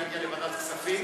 שזה יגיע לוועדת הכספים?